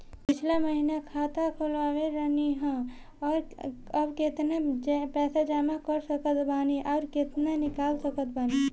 पिछला महीना खाता खोलवैले रहनी ह और अब केतना पैसा जमा कर सकत बानी आउर केतना इ कॉलसकत बानी?